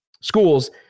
schools